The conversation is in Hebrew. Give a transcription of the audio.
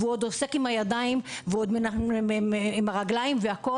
הוא עוסק עם הידיים והרגליים והכל.